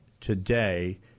today